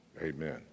Amen